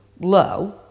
low